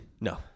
No